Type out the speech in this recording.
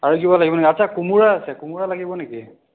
আৰু কিবা লাগিব নেকি আচ্ছা কোমোৰা আছে কোমোৰা লাগিব নেকি